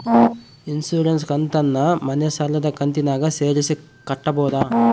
Insurance ಕಂತನ್ನ ಮನೆ ಸಾಲದ ಕಂತಿನಾಗ ಸೇರಿಸಿ ಕಟ್ಟಬೋದ?